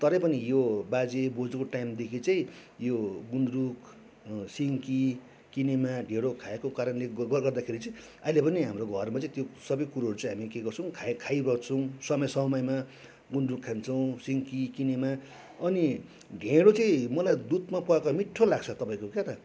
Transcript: तरै पनि यो बाजे बोजू टाइमदेखि चाहिँ यो गुन्द्रुक सिन्की किनेमा ढेँडो खाएको कारणले गर्दाखेरि चाहिँ अहिले पनि हाम्रो घरमा चाहिँ त्यो सबै कुरोहरू चाहिँ हामी के गर्छौँ खाइबस्छौँ समय समयमा गुन्द्रुक खान्छौँ सिन्की किनेमा अनि ढेँडो चाहिँ मलाई दुधमा पकाएको मिठो लाग्छ तपाईँको क्या त